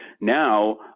now